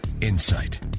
insight